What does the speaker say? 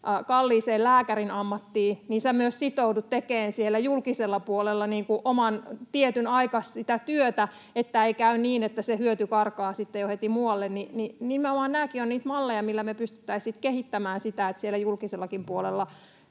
kalliiseen lääkärin ammattiin, niin sinä myös sitoudut tekemään siellä julkisella puolella oman, tietyn aikasi sitä työtä, että ei käy niin, että se hyöty karkaa sitten jo heti muualle. Nimenomaan nämäkin ovat niitä malleja, millä me pystyttäisiin kehittämään sitä, että siellä julkisellakin puolella